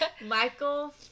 Michael